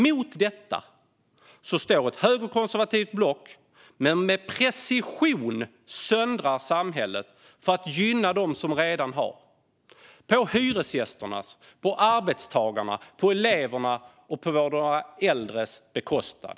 Mot detta står ett högerkonservativt block som med precision söndrar samhället för att gynna dem som redan har på hyresgästernas, arbetstagarnas, elevernas och våra äldres bekostnad.